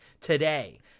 today